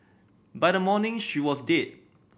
by the morning she was dead